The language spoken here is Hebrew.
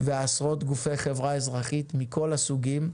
ועשרות גופי חברה אזרחית מכל הסוגים.